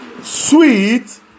Sweet